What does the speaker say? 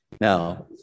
Now